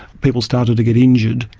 people started to get injured,